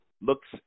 looks